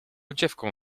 dziewką